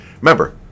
Remember